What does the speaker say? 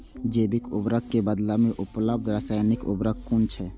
जैविक उर्वरक के बदला में उपलब्ध रासायानिक उर्वरक कुन छै?